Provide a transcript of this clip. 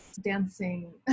dancing